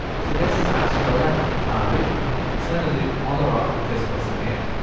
so this is actually the length of our loop and we can turn a loop on or off with this button here.